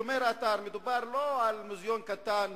שומר האתר, מדובר לא על מוזיאון קטן,